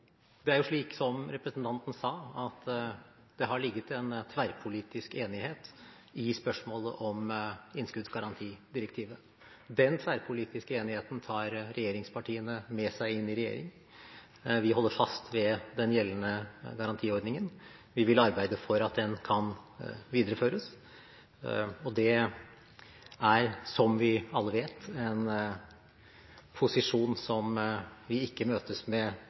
Det er jo slik, som representanten sa, at det har ligget en tverrpolitisk enighet i spørsmålet om innskuddsgarantidirektivet. Den tverrpolitiske enigheten tar regjeringspartiene med seg inn i regjeringen. Vi holder fast ved den gjeldende garantiordningen. Vi vil arbeide for at den kan videreføres. Det er, som vi alle vet, en posisjon som vi ikke møtes med